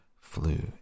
flew